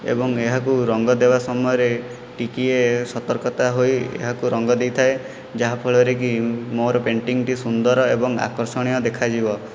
ଏବଂ ଏହାକୁ ରଙ୍ଗ ଦେବା ସମୟରେ ଟିକିଏ ସତର୍କତା ହୋଇ ଏହାକୁ ରଙ୍ଗ ଦେଇଥାଏ ଯାହାଫଳରେକି ମୋର ପେଣ୍ଟିଂଟି ସୁନ୍ଦର ଏବଂ ଆକର୍ଷଣୀୟ ଦେଖାଯିବ